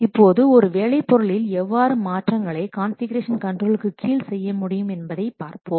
இப்போது ஒரு வேலை பொருளில் எவ்வாறு மாற்றங்களை கான்ஃபிகுரேஷன் கண்டரோலிற்கு கீழ் செய்ய முடியும் என்பதை பார்ப்போம்